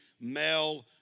male